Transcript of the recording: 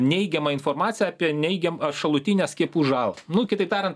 neigiamą informaciją apie neigiam šalutinę skiepų žalą nu kitaip tariant